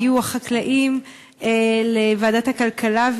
הגיעו החקלאים לוועדת הכלכלה,